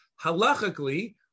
halachically